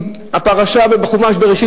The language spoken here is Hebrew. הפרשה בחומש בראשית,